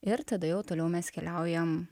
ir tada jau toliau mes keliaujam